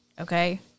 okay